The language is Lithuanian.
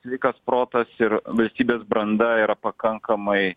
sveikas protas ir valstybės branda yra pakankamai